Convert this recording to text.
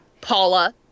Paula